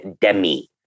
Demi